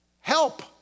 help